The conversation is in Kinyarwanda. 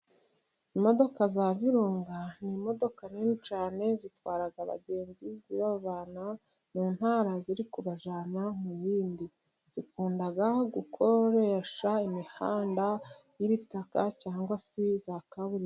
Imodoka za virunga ni imodoka nini cyane. Zitwara abagenzi zibavana mu ntara ziri kubajyana mu yindi. Zikunda gukoresha imihanda y'ibitaka cyangwa se za kaburimbo.